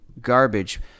garbage